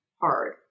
hard